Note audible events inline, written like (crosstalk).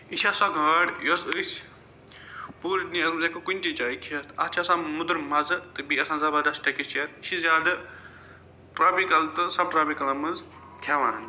یہِ چھےٚ سۄ گاڈ یۄس أسۍ پوٗرٕ (unintelligible) مَنٛز ہٮ۪کو کُنہِ تہِ جایہِ کھٮ۪تھ اَتھ چھِ آسان موٚدُر مَزٕ تہٕ بیٚیہِ آسان زبردَست ٹٮ۪کسچَر یہِ چھِ زیادٕ ٹرٛوپِکَل تہٕ سَب ٹرٛوپِکَلَن مَنٛز کھٮ۪وان